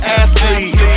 athlete